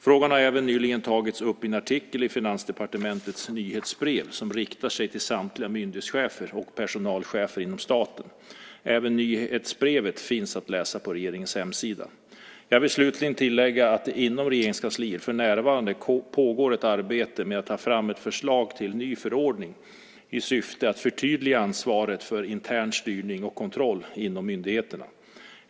Frågan har även nyligen tagits upp i en artikel i Finansdepartementets nyhetsbrev, som riktar sig till samtliga myndighetschefer och personalchefer inom staten. Även nyhetsbrevet finns att läsa på regeringens hemsida. Jag vill slutligen tillägga att det inom Regeringskansliet för närvarande pågår ett arbete med att ta fram förslag till en ny förordning i syfte att förtydliga ansvaret för intern styrning och kontroll inom myndigheterna.